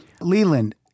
Leland